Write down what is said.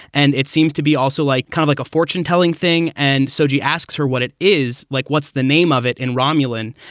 and it seems to be also like kind of like a fortune-telling thing. and so she asks her what it is like, what's the name of it? and romulan.